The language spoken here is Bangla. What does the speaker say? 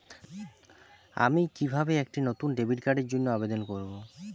আমি কিভাবে একটি নতুন ডেবিট কার্ডের জন্য আবেদন করব?